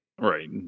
Right